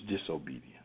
disobedience